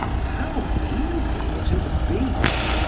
how easy it had been!